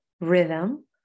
rhythm